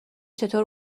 چطور